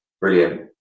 brilliant